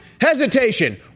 hesitation